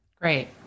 Great